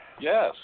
Yes